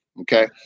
Okay